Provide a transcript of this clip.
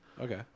okay